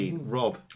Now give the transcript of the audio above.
Rob